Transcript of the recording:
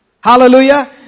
Hallelujah